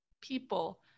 people